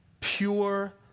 pure